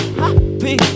happy